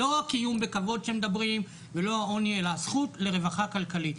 ולא קיום בכבוד שמדברים עליו ולא העוני אלא הזכות לרווחה כלכלית.